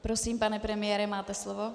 Prosím, pane premiére, máte slovo.